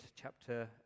chapter